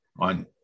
on